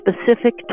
specific